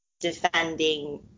defending